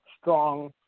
strong